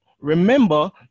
remember